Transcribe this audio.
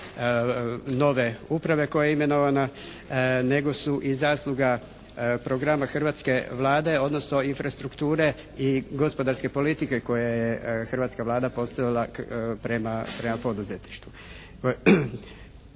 nove uprave koja je imenovana, nego su i zasluga programa hrvatske Vlade odnosno infrastrukture i gospodarske politike koja je hrvatska Vlada postavila prema poduzetništvu.